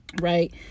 right